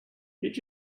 did